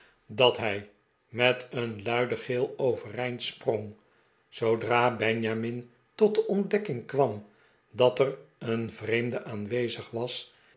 dat hij met een luiden gil overeind sprong zoodra benjamin tot cle ontdekking kwam dat er een vreemde aanwezig was